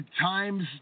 times